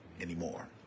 anymore